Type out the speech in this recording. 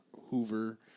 Hoover